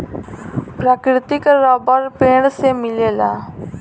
प्राकृतिक रबर पेड़ से मिलेला